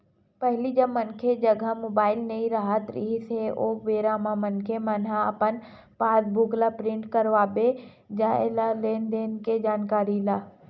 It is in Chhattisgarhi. पहिली जब मनखे जघा मुबाइल नइ राहत रिहिस हे ओ बेरा म मनखे मन ह अपन पास बुक ल प्रिंट करवाबे जानय लेन देन के जानकारी ला